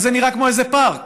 אבל זה נראה כמו איזה פארק,